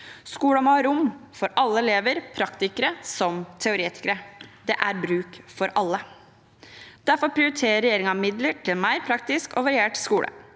Skolen må ha rom for alle elever, praktikere som teoretikere. Det er bruk for alle. Derfor prioriterer regjeringen midler til en mer praktisk og variert skole.